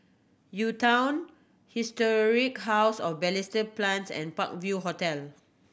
U Town Historic House of Balestier Plains and Park View Hotel